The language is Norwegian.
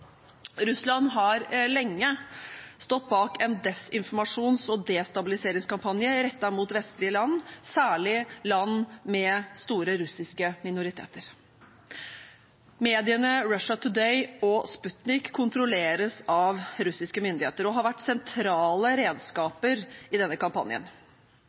Russland har lenge stått bak en desinformasjons- og destabiliseringskampanje rettet mot vestlige land, særlig land med store russiske minoriteter. Mediene Russia Today og Sputnik kontrolleres av russiske myndigheter og har vært sentrale redskaper i denne kampanjen.